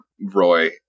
Roy